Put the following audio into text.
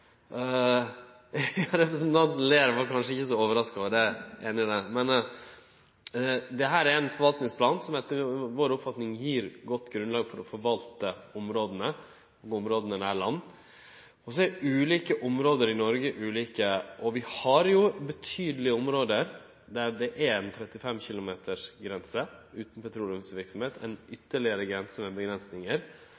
Representanten ler – det er kanskje ikkje så overraskande; eg er einig i det, men dette her er ein forvaltningsplan som etter vår oppfatning gjev eit godt grunnlag for å forvalte områda nær land. Ulike område i Noreg er ulike. Vi har betydelege område der det er ei 35-kilometersgrense utan